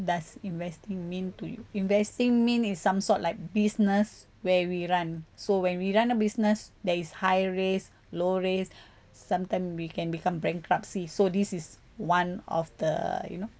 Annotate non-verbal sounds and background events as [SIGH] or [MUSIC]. does investing mean to you investing mean is some sort like business where we run so when we run a business there is high risk low risk [BREATH] sometime we can become bankruptcy so this is one of the you know